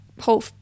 Whole